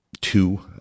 two